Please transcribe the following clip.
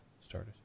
started